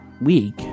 Week